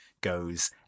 goes